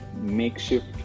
makeshift